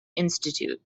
institute